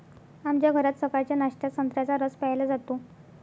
आमच्या घरात सकाळच्या नाश्त्यात संत्र्याचा रस प्यायला जातो